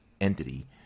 entity